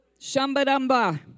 shambadamba